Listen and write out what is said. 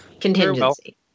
contingency